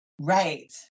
Right